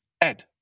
Ed